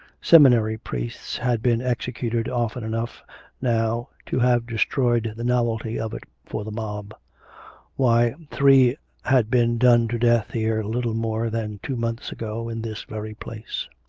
seminary priests had been executed often enough now to have destroyed the novelty of it for the mob why, three had been done to death here little more than two months ago in this very place.